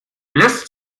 lässt